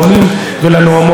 יושבת-ראש האופוזיציה,